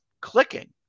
clicking